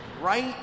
right